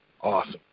Awesome